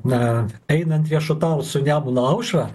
na einant riešutaut su nemuno aušra